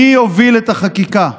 אני אוביל את החקיקה.